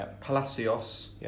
Palacios